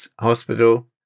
Hospital